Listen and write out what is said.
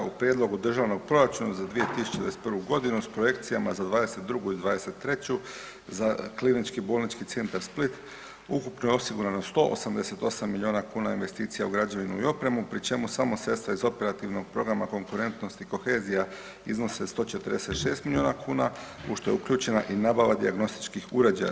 U prijedlogu državnog proračuna za 2021.g. s projekcijama za '22. i '23. za KBC Split ukupno je osigurano 188 milijuna kuna investicija u građevinu i u opremu, pri čemu samo sredstva iz Operativnog programa konkurentnosti i kohezija iznose 146 milijuna kuna, u što je uključena i nabava dijagnostičkih uređaja.